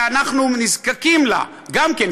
ואנחנו נזקקים לה גם כן,